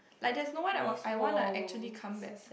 like there's no one I will I wanna actually come back